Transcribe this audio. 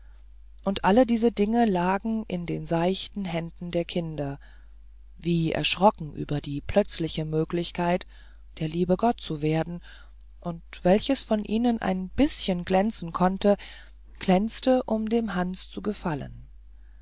und alle diese dinge lagen in den seichten händen der kinder wie erschrocken über die plötzliche möglichkeit der liebe gott zu werden und welches von ihnen ein bißchen glänzen konnte glänzte um dem hans zu gefallen